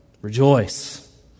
Rejoice